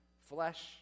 flesh